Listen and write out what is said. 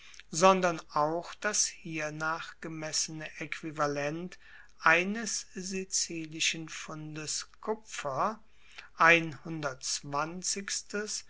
sondern auch das hiernach bemessene aequivalent eines sizilischen pfundes kupfer